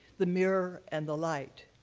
the mirror and the light.